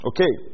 Okay